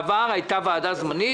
בעבר היתה ועדה זמנית.